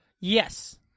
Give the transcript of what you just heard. Yes